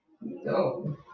No